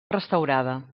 restaurada